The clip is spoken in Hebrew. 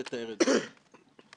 בהערות כאלה או אחרות תיקנו,